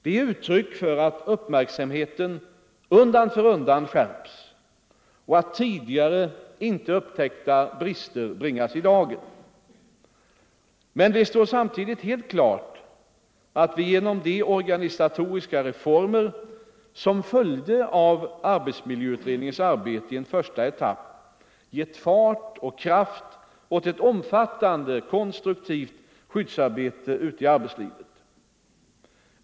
Det är uttryck för att uppmärksamheten successivt skärps och att tidigare inte upptäckta brister bringas i dagen. Men det står samtidigt helt klart att vi genom de organisatoriska reformer som följde av arbetsmiljöutredningens arbete i en första etapp gett fart och kraft åt ett omfattande konstruktivt skyddsarbete ute i arbetslivet.